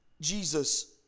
Jesus